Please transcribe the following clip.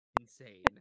insane